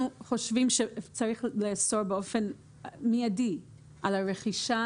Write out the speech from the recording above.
אנחנו חושבים שצריך לאסור באופן מיידי על הרכישה